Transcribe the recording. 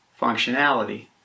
functionality